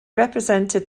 represented